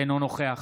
אינו נוכח